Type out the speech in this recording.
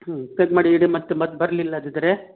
ಹ್ಞೂ ಪ್ಯಾಕ್ ಮಾಡಿ ಇಡಿ ಮತ್ತೆ ಮತ್ತು ಬರಲಿಲ್ಲ ಆದಿದ್ದರೇ